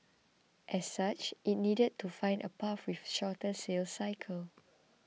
as such it needed to find a path with a shorter sales cycle